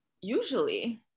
usually